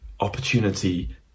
opportunity